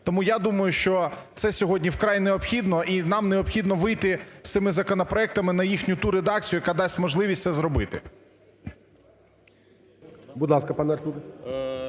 Тому я думаю, що це сьогодні вкрай необхідно і нам необхідно вийти з цими законопроектами на їхню ту редакцію, яка дасть можливість це зробити.